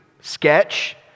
sketch